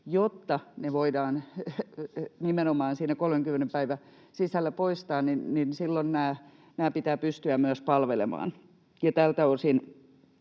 jotta ne voidaan nimenomaan siinä 30 päivän sisällä poistaa, niin silloin näiden pitää pystyä myös palvelemaan, ja tältä osin